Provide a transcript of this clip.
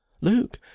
Luke